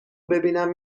ببینم